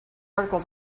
articles